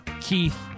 Keith